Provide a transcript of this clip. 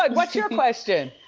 like what's your question?